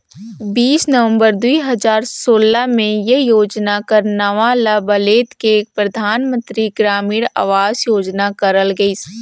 बीस नवंबर दुई हजार सोला में ए योजना कर नांव ल बलेद के परधानमंतरी ग्रामीण अवास योजना करल गइस